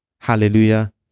Hallelujah